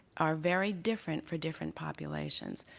are very different for different populations.